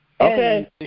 Okay